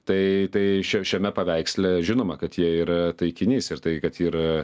tai tai šia šiame paveiksle žinoma kad jie yra taikinys ir tai kad yra